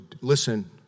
listen